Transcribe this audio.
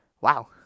Wow